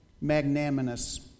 magnanimous